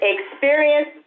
Experience